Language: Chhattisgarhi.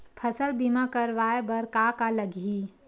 फसल बीमा करवाय बर का का लगही?